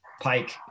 pike